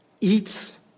eats